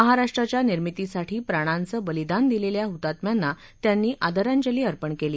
महाराष्ट्राच्या निर्मितीसाठी प्राणांचं बलिदान दिलेल्या हुतात्म्यांना त्यांनी आदरांजली अर्पण केली